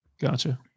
gotcha